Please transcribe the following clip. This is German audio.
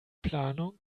planung